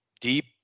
deep